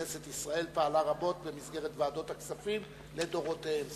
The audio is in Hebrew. כנסת ישראל פעלה רבות במסגרת ועדות הכספים לדורותיהן.